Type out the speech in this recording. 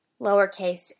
lowercase